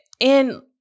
And-